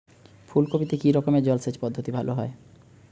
ফুলকপিতে কি রকমের জলসেচ পদ্ধতি ভালো হয়?